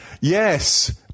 Yes